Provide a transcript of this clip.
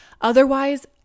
Otherwise